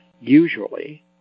usually